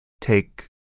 take